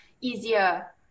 easier